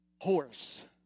Horse